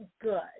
good